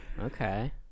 okay